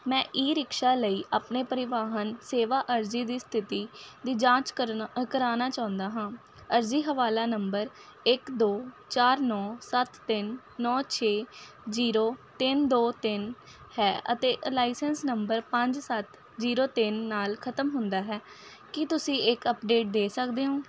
ਮੈਂ e rickshaw ਲਈ ਆਪਣੇ ਪਰਿਵਾਹਨ ਸੇਵਾ ਅਰਜ਼ੀ ਦੀ ਸਥਿਤੀ ਦੀ ਜਾਂਚ ਕਰਨਾ ਕਰਾਉਣਾ ਚਾਹੁੰਦਾ ਹਾਂ ਅਰਜ਼ੀ ਹਵਾਲਾ ਨੰਬਰ ਇੱਕ ਦੋ ਚਾਰ ਨੌਂ ਸੱਤ ਤਿੰਨ ਨੌਂ ਛੇ ਜ਼ੀਰੋ ਤਿੰਨ ਦੋ ਤਿੰਨ ਹੈ ਅਤੇ ਲਾਈਸੈਂਸ ਨੰਬਰ ਪੰਜ ਸੱਤ ਜ਼ੀਰੋ ਤਿੰਨ ਨਾਲ ਖਤਮ ਹੁੰਦਾ ਹੈ ਕਿ ਤੁਸੀਂ ਇੱਕ ਅਪਡੇਟ ਦੇ ਸਕਦੇ ਹੋ